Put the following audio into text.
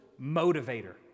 motivator